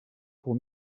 pour